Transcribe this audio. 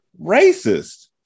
racist